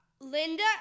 Linda